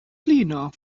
blino